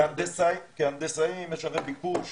כהנדסאי יש הרי ביקוש